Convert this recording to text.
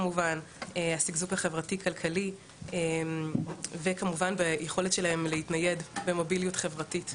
השגשוג החברתי כלכלי וכמובן ביכולת שלהם להתנייד במוביליות חברתית.